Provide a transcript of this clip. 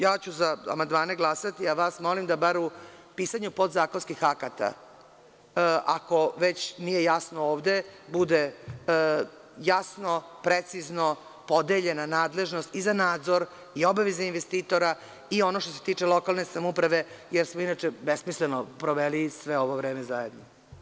Ja ću za amandmane glasati, a vas molim da bar u pisanju podzakonskih akata, ako već nije jasno ovde, bude jasno, precizno podeljena nadležnost i za nadzor i obaveze investitora i ono što se tiče lokalne samouprave, jer smo inače besmisleno proveli sve ovo vreme zajedno.